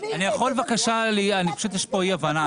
אני חושב שיש פה אי הבנתי,